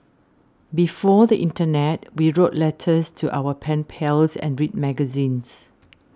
before the Internet we wrote letters to our pen pals and read magazines